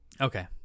Okay